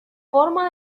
forma